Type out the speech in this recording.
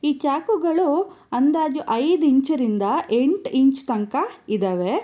ಈ ಚಾಕುಗಳು ಅಂದಾಜು ಐದು ಇಂಚರಿಂದ ಎಂಟು ಇಂಚು ತನಕ ಇದ್ದಾವೆ